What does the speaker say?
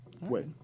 Wait